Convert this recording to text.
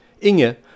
Inge